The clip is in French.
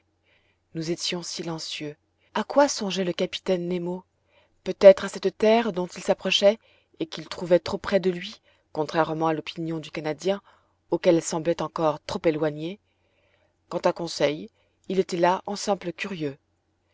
nous étions silencieux a quoi songeait le capitaine nemo peut-être à cette terre dont il s'approchait et qu'il trouvait trop près de lui contrairement a l'opinion du canadien auquel elle semblait encore trop éloignée quant à conseil il était là en simple curieux